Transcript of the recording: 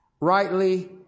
Rightly